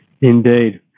Indeed